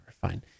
Fine